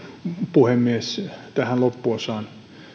puhemies tähän loppuosaan